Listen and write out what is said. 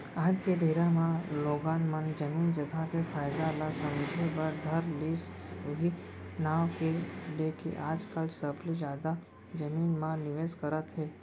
आज के बेरा म लोगन मन जमीन जघा के फायदा ल समझे बर धर लिस उहीं नांव लेके आजकल सबले जादा जमीन म निवेस करत हे